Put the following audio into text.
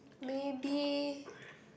maybe